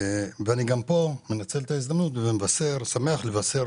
אני מנצל את ההזדמנות ושמח לבשר